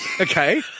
Okay